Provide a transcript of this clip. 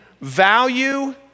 value